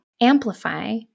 amplify